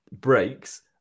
breaks